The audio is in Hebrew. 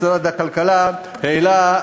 משרד הכלכלה העלה,